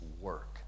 work